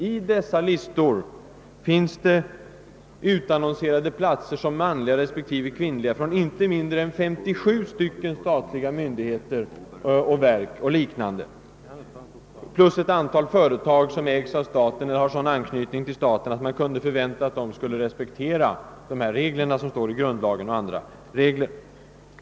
I dessa listor utannonseras platser som »manliga» respektive »kvinnliga» av inte mindre än 57 statliga myn digheter: och verk, och därutöver ett antal företag som: ägs av staten eller har sådan anknytning till staten, att man: borde ha kunnat förvänta sig att de skulle ha respekterat de regler som finns i grundlagen och på annat håll.